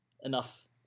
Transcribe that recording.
Enough